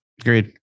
Agreed